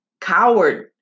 coward